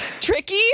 Tricky